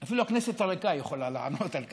אפילו הכנסת הריקה יכולה לענות על כך,